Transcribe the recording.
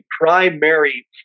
primary